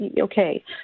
okay